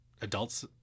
adults